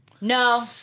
No